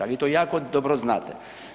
Vi to jako dobro znate.